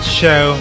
show